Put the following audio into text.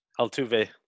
Altuve